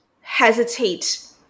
hesitate